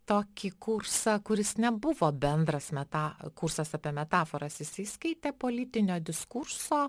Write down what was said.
tokį kursą kuris nebuvo bendras meta kursas apie metaforas jisai skaitė politinio diskurso